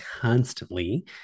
constantly